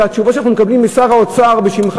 והתשובה שאנחנו מקבלים משר האוצר בשמך